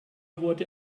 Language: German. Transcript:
wurde